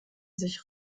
sich